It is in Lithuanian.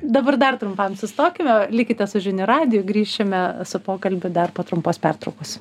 dabar dar trumpam sustokime likite su žinių radiju grįšime su pokalbiu dar po trumpos pertraukos